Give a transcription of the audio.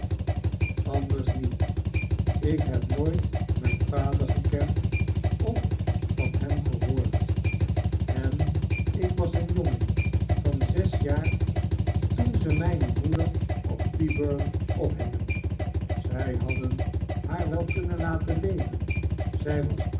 anders niet ik heb nooit mijn vader gekend of van hem gehoord ourson getemd en ik was een jongen van zes jaren toen zij mijne moeder op tyburn ophingen zij hadden haar wel kunnen laten leven zij was